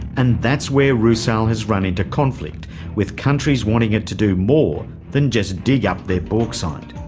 and that's where rusal has run into conflict with countries wanting it to do more than just dig up their bauxite.